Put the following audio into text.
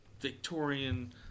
Victorian